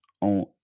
on